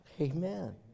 Amen